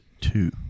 two